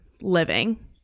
living